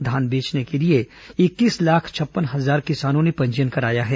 धान बेचने के लिए इक्कीस लाख छप्पन हजार किसानों ने पंजीयन कराया है